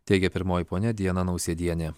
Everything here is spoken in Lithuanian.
teigė pirmoji ponia diana nausėdienė